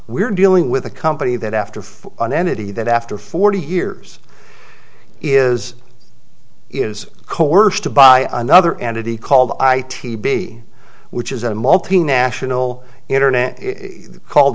we're dealing with a company that after for an entity that after forty years is is coerced by another entity called the i t b which is a multinational internet called